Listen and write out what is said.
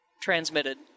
transmitted